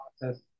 process